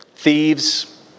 Thieves